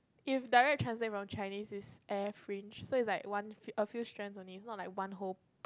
if direct translate from Chinese is air fringe so is like one f~ few fringes only not like one whole